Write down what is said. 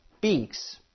beaks